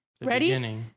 ready